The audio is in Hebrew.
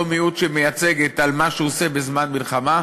מיעוט שהיא מייצגת על מה שהוא עושה בזמן מלחמה,